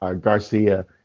Garcia